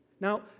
Now